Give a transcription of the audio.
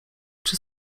czy